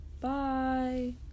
Bye